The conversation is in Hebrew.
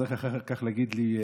תצטרך אחר כך להגיד לי הערות.